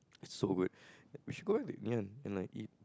it's so good we should back to Ngee-Ann and like eat